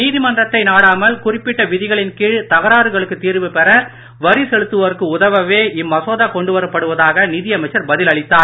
நீதிமன்றத்தை நாடாமல் குறிப்பிட்ட விதிகளின் கீழ் தகராறுகளுக்கு தீர்வு பெற வரி செலுத்துவோர்க்கு உதவவே இம்மசோதா கொண்டுவரப்படுவதாக நிதியமைச்சர் பதில் அளித்தார்